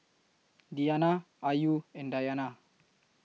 Diyana Ayu and Dayana